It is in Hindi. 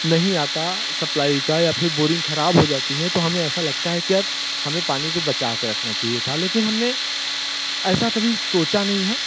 नहीं आता सप्लाई का या फिर बोरिंग खराब हो जाती है तो हमें ऐसा लगता है कि अब हमें पानी को बचाके रखना चहिए था लेकिन हमने ऐसा कभी सोचा नहीं है